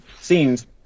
scenes